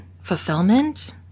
fulfillment